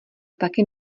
taky